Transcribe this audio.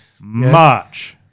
March